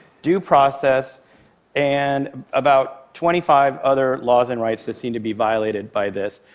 due process and about twenty five other laws and rights that seem to be violated by this.